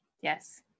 Yes